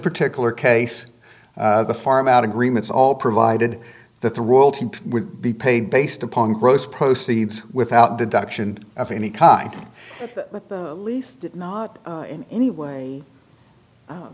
particular case the farm out agreements all provided that the would be paid based upon gross proceeds without deduction of any kind least not in any way